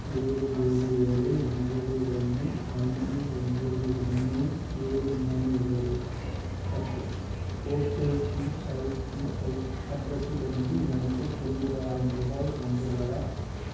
ஏழு ஏழு ஏழு ஒம்பது ஒன்று ஐந்து ஒம்பது ஒன்று ஏழு மூணு ஏழு அட் ஓகே சிஐசிஐ அட்ரஸிலிருந்து எனக்கு தொண்ணூறாயரம் ரூபாய் வந்துள்ளதா